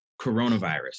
coronavirus